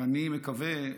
ואני מקווה,